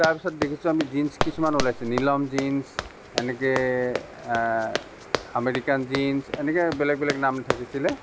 তাৰপাছত দেখিছোঁঁ আমি জীনছ্ কিছুমান ওলাইছে নীলম জীনছ এনেকে আমেৰিকান জীনছ এনেকে বেলেগ নাম থাকিছিল